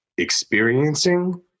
experiencing